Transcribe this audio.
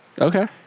Okay